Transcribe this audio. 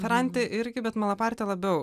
feranti irgi bet malaparti labiau